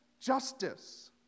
justice